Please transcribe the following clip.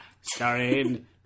Starring